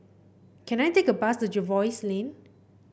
can I take a bus to Jervois Lane